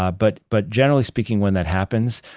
ah but but generally speaking, when that happens,